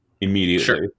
immediately